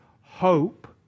hope